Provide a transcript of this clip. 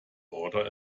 order